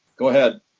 go ahead.